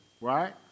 right